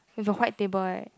you have a white table right